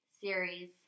series